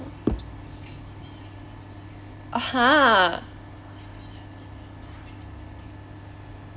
!huh!